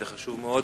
זה חשוב מאוד.